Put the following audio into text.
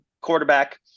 quarterback